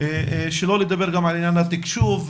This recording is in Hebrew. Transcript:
שלא לדבר גם על עניין התקשוב,